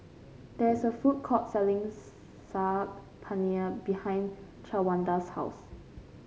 there is a food court selling Saag Paneer behind Shawanda's house